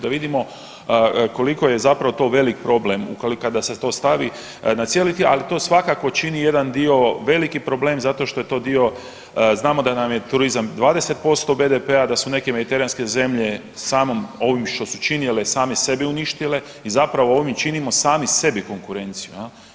Da vidimo koliko je zapravo to velik problem kada se to stavi na cijeli, ali to svakako čini jedan dio veliki problem zato što je to dio znamo da nam je turizam 20% BDP-a, da su neke mediteranske zemlje samim ovim što su činile same sebe uništile i zapravo ovim činimo sami sebi konkurenciju.